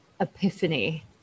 epiphany